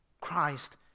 Christ